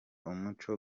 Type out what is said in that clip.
umuco